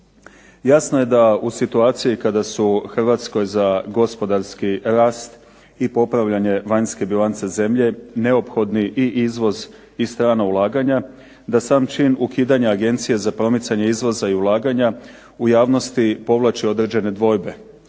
Jasno je da u situaciji kada su Hrvatskoj za gospodarski rast i popravljanje vanjske bilance zemlje neophodni i izvoz i strana ulaganja, da sam čin ukidanja Agencije za promicanje izvoza i ulaganja u javnosti povlači određene dvojbe.